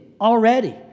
already